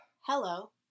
hello